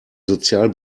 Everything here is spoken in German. sozial